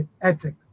ethic